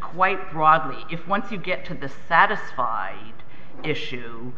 quite broadly if once you get to the satisfied issue